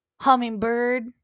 Hummingbird